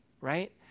right